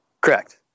correct